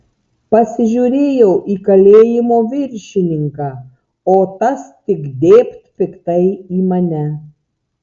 pasižiūrėjau į kalėjimo viršininką o tas tik dėbt piktai į mane